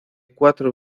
cuatro